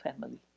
family